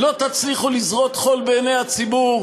לא תצליחו לזרות חול בעיני הציבור.